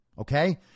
okay